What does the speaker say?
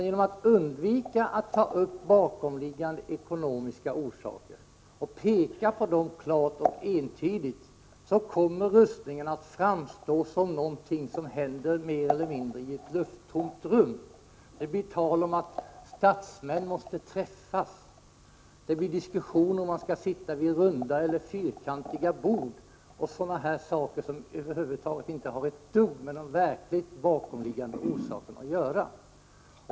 Genom att man undviker att ta upp bakomliggande ekonomiska orsaker och peka på dem klart och entydigt kommer rustningarna att framstå som någonting som händer i ett mer eller mindre lufttomt rum. Det talas om att statsmän måste träffas, det blir diskussion om huruvida man skall sitta vid runda eller fyrkantiga bord, och liknande saker som inte har ett dugg med de verkliga bakomliggande orsakerna att göra.